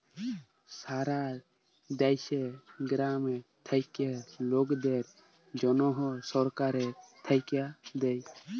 সারা দ্যাশে গ্রামে থাক্যা লকদের জনহ সরকার থাক্যে দেয়